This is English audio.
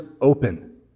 open